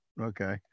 Okay